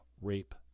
rape